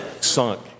sunk